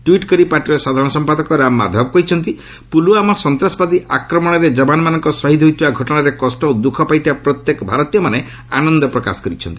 tweet କରି ପାର୍ଟିର ସାଧାରଣ ସମ୍ପାଦକ ରାମ ମାଧବ କହିଛନ୍ତି ପୁଲ୍ୱାମା ସନ୍ତାସବାଦୀ ଆକ୍ରମଣରେ ଯବାନମାନଙ୍କ ଶହୀଦ୍ ହୋଇଥିବା ଘଟଣାରେ କଷ୍ଟ ଓ ଦ୍ୟୁଖ ପାଇଥିବା ପ୍ରତ୍ୟେକ ଭାରତୀୟମାନେ ଆନନ୍ଦ ପ୍ରକାଶ କରିଛନ୍ତି